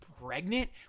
pregnant